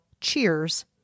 Cheers